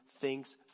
thinks